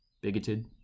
Bigoted